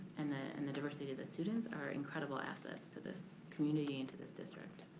and the and the diversity of the students are incredible assets to this community and to this district.